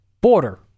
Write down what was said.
border